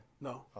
no